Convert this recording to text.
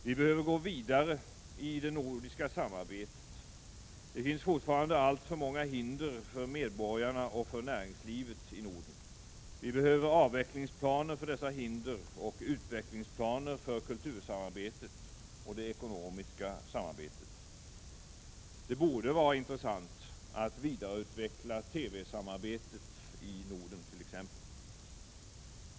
Vi behöver gå vidare i hela det nordiska samarbetet. Det finns fortfarande alltför många hinder för medborgarna och för näringslivet i Norden. Vi behöver avvecklingsplaner för dessa hinder och utvecklingsplaner för kultursamarbetet och det ekonomiska samarbetet. Det borde vara intressant att vidareutvecklat.ex. TV-samarbetet i Norden.